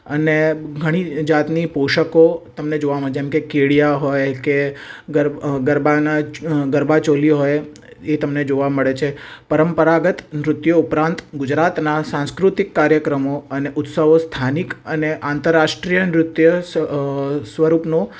અને ઘણી જાતની પોશાકો તમને જોવા મળે જેમ કે કેડિયા હોય કે ગરબાનાં ગરબા ચોલી હોય એ તમને જોવા મળે છે પરંપરાગત નૃત્યો ઉપરાંત ગુજરાતના સાંસ્કૃતિક કાર્યક્રમો અને ઉત્સવો સ્થાનિક અને આંતરાષ્ટ્રિય નૃત્યો સ્વ સ્વરૂપનો